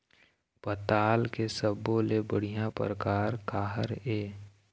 पताल के सब्बो ले बढ़िया परकार काहर ए?